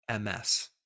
MS